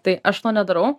tai aš to nedarau